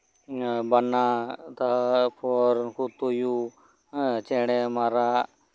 ᱵᱟᱱᱟ ᱛᱟᱨᱯᱚᱨ ᱛᱩᱭᱩ ᱦᱮᱸ ᱪᱮᱬᱮ ᱢᱟᱨᱟᱜ